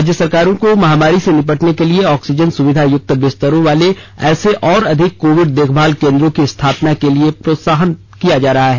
राज्य सरकारों को महामारी से निपटने के लिए ऑक्सीजन सुविधा युक्त बिस्तरों वाले ऐसे और अधिक कोविड देखभाल केन्द्रों की स्थापना के लिए प्रोत्साहित किया जा रहा है